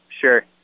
sure